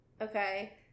okay